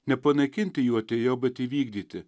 nepanaikinti jų atėjau bet įvykdyti